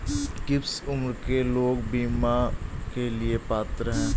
किस उम्र के लोग बीमा के लिए पात्र हैं?